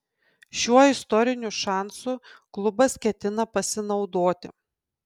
šiuo istoriniu šansu klubas ketina pasinaudoti